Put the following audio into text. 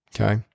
okay